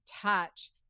touch